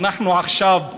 אנחנו עכשיו,